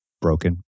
broken